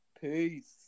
peace